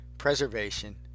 preservation